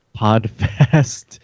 Podfest